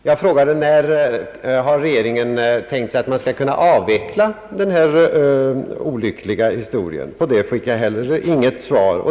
Jag frågade om regeringen kunde nämna när den hade tänkt sig att kunna avveckla ingreppet. Inte heller på den frågan fick jag något svar.